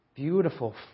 beautiful